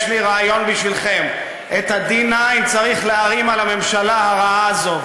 יש לי רעיון בשבילכם: את ה-D9 צריך להרים על הממשלה הרעה הזו,